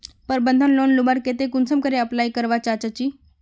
प्रबंधन लोन लुबार केते कुंसम करे अप्लाई करवा चाँ चची?